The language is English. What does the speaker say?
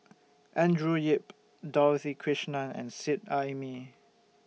Andrew Yip Dorothy Krishnan and Seet Ai Mee